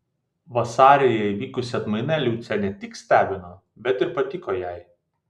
vasaryje įvykusi atmaina liucę ne tik stebino bet ir patiko jai